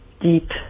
deep